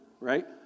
right